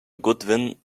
goodwin